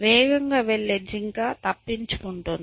వేగంగా వెళ్లే జింక తప్పించుకుంటుంది